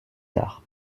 tard